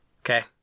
Okay